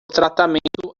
tratamento